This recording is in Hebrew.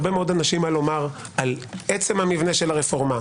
הרבה מה לומר על עצם המבנה של הרפורמה,